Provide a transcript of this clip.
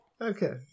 Okay